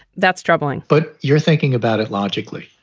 that's troubling but you're thinking about it logically,